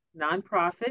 nonprofit